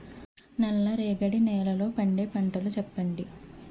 నల్ల రేగడి నెలలో పండే పంటలు చెప్పండి?